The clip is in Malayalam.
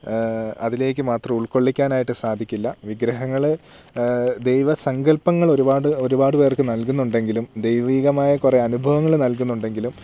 അതിലേക്ക് മാത്രം ഉൾക്കൊള്ളിക്കാനായിട്ട് സാധിക്കില്ല വിഗ്രഹങ്ങള് ദൈവസങ്കൽപ്പങ്ങളൊരുപാട് ഒരുപാട് പേർക്ക് നൽകുന്നുണ്ടെങ്കിലും ദൈവീകമായ കുറെ അനുഭങ്ങള് നൽകുന്നുണ്ടെങ്കിലും